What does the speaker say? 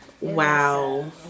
wow